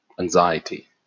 Anxiety